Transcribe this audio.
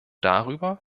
darüber